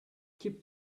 keep